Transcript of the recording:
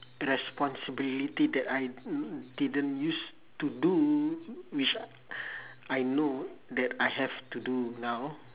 responsibility that I mm didn't use to do which I know that I have to do now